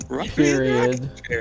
Period